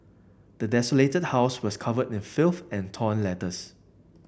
the desolated house was covered in filth and torn letters